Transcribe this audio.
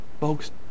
Folks